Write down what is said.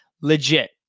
legit